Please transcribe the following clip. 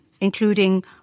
including